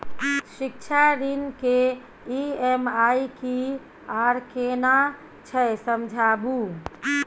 शिक्षा ऋण के ई.एम.आई की आर केना छै समझाबू?